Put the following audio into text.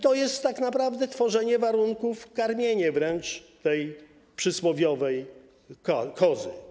To jest tak naprawdę tworzenie warunków, karmienie tej przysłowiowej kozy.